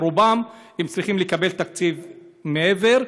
צריכים לקבל תקציב מעבר לזה,